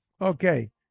Okay